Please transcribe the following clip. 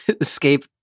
escape